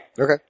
Okay